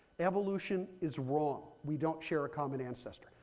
evolution is wrong, we don't share a common ancestor.